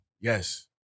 Yes